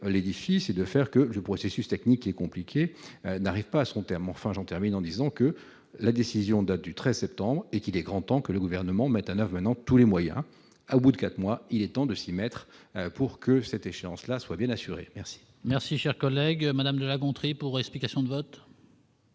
l'édifice et de faire que je processus technique et compliqué, n'arrive pas à son terme, enfin j'en termine en disant que la décision date du 13 septembre et qu'il est grand temps que le gouvernement mette un avenant tous les moyens au bout de 4 mois, il est temps de 6 mètres pour que cette échéance-là soit bien assurée, merci. Merci, cher collègue madame de La Gontrie pour explication de vote.